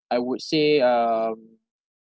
I would say um